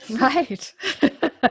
Right